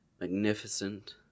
magnificent